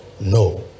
No